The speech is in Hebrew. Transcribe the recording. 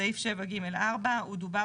סעיף 7ג4 דובר